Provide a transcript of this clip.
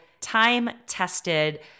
time-tested